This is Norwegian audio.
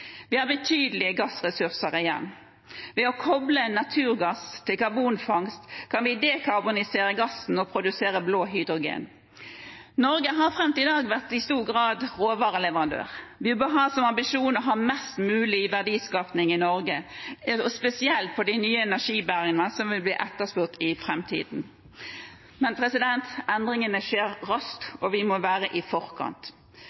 Vi har betydelige gassressurser igjen. Ved å koble naturgass til karbonfangst kan vi dekarbonisere gassen og produsere blått hydrogen. Norge har fram til i dag i stor grad vært råvareleverandør. Vi bør ha som ambisjon å ha mest mulig verdiskaping i Norge, spesielt med tanke på de nye energibærerne som vil bli etterspurt i framtiden. Men endringene skjer